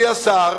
אדוני השר,